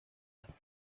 aston